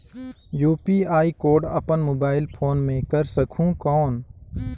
UPI code अपन mobile phone मे कर सकहुं कौन?